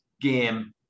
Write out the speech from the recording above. game